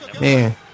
Man